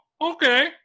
okay